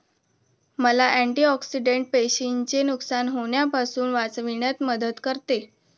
मका अँटिऑक्सिडेंट पेशींचे नुकसान होण्यापासून वाचविण्यात मदत करते